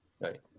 Right